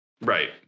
Right